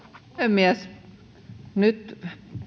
nyt